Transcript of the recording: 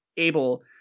able